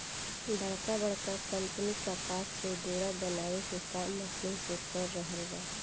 बड़का बड़का कंपनी कपास से डोरा बनावे के काम मशीन से कर रहल बा